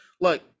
look